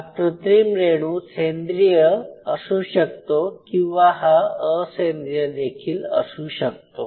हा कृत्रिम रेणू सेंद्रिय असू शकतो किंवा हा असेंद्रिय देखील असू शकतो